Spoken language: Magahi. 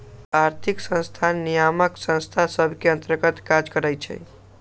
आर्थिक संस्थान नियामक संस्था सभ के अंतर्गत काज करइ छै